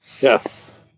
Yes